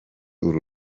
uru